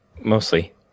mostly